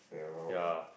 yeah lor